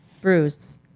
Bruce